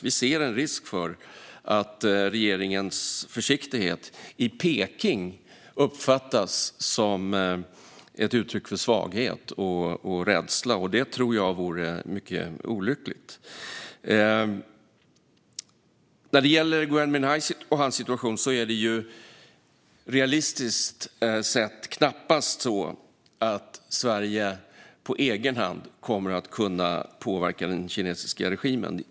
Vi ser en risk att regeringens försiktighet i Peking kan uppfattas som ett uttryck för svaghet och rädsla, och det tror jag vore mycket olyckligt. När det gäller Gui Minhai och hans situation är det knappast realistiskt att Sverige på egen hand kommer att kunna påverka den kinesiska regimen.